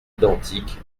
identiques